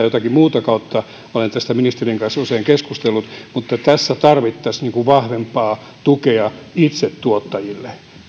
jotakin muuta kautta olen tästä ministerin kanssa usein keskustellut tässä tarvittaisiin vahvempaa tukea itse tuottajille